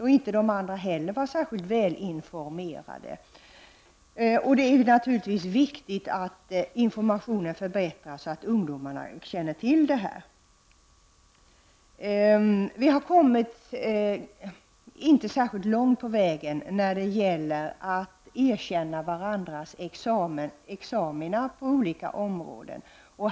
Inte heller de andra ungdomarna var särskilt välinformerade. Det är naturligtvis viktigt att informationen förbättras så att ungdomarna får kännedom om denna verksamhet. Vi har inte kommit särskilt långt på vägen när det gäller att erkänna varandras examina på olika områden.